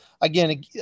again